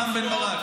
רם בן ברק,